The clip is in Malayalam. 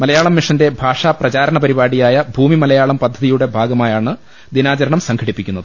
മലയാളം മിഷന്റെ ഭാഷാപ്രചാരണ പരിപാടിയായ ഭൂമിമലയാളം പദ്ധ തിയുടെ ഭാഗമായാണ് ദിനാചരണം സംഘടിപ്പിക്കുന്നത്